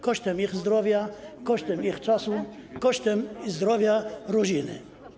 Kosztem ich zdrowia, kosztem ich czasu, kosztem zdrowia rodziny.